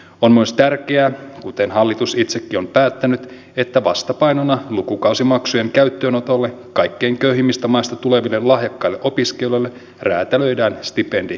on myös tärkeää kuten hallitus itsekin on päättänyt että vastapainona lukukausimaksujen käyttöönotolle kaikkein köyhimmistä maista tuleville lahjakkaille opiskelijoille räätälöidään stipendijärjestelmiä